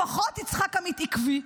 לפחות יצחק עמית עקבי,